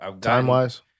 Time-wise